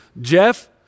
Jeff